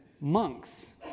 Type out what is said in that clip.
monks